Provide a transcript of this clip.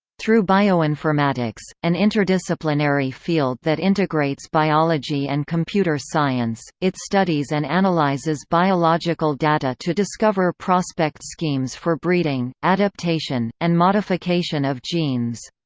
through bioinformatics, an interdisciplinary field that integrates biology and computer science, it studies and analyzes biological data to discover prospect schemes for breeding, adaptation, and modification of genes.